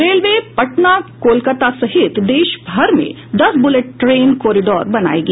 railway Patna Kolkata सहित देशभर में दस बुलेट ट्रेन कॉरिडोर बनायेगी